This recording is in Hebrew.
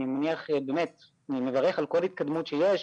באמת אני מברך על כל התקדמות שיש,